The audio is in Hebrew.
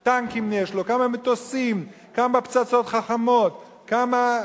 טנקים יש לו, כמה מטוסים, כמה פצצות חכמות, כמה,